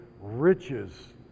riches